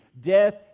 Death